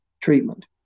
treatment